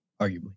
arguably